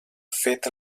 fet